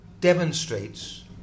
demonstrates